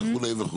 וכולה.